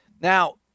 Now